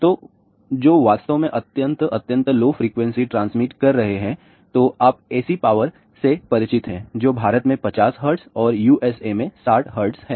तो जो वास्तव में अत्यंत अत्यंत लो फ्रीक्वेंसी ट्रांसमिट कर रहे हैं तो आप एसी पावर से परिचित हैं जो भारत में 50 हर्ट्ज और यूएसए में 60 हर्ट्ज है